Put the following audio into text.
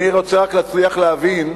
אני רוצה רק להצליח להבין,